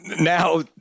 Now